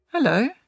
Hello